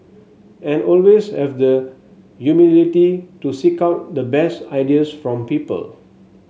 and always have the humility to seek out the best ideas from people